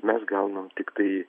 mes gaunam tiktai